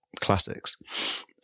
classics